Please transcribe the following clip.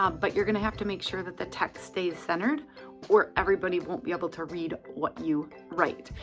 um but you're gonna have to make sure that the text stays centered or everybody won't be able to read what you write.